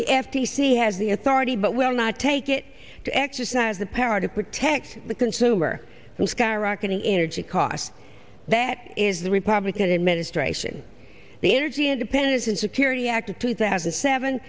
c has the authority but will not take it to exercise the power to protect the consumer from skyrocketing energy costs that is the republican administration the energy independence and security act of two thousand and seven